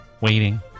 waiting